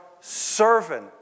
servant